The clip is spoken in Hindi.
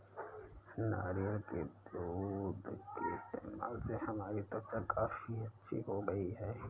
नारियल के दूध के इस्तेमाल से हमारी त्वचा काफी अच्छी हो गई है